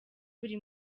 buri